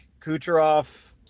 Kucherov